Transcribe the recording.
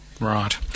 Right